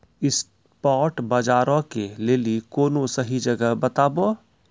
spot बजारो के लेली कोनो सही जगह बताबो